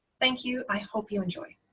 thank you. i hope you enjoy.